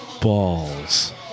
balls